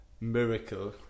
miracle